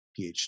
PhD